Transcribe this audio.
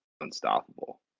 unstoppable